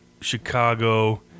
Chicago